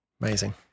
Amazing